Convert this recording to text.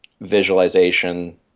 visualization